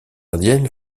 indiennes